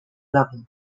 level